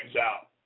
out